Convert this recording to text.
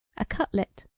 a cutlet.